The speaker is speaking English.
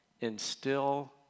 instill